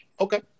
Okay